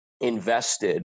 invested